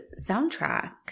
soundtrack